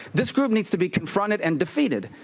this group needs to be confronted and defeated.